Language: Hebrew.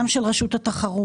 גם של רשות התחרות,